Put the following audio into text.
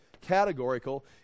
categorical